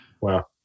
Wow